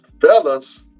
Fellas